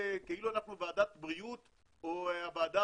כאילו אנחנו ועדת בריאות או הוועדה